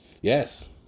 Yes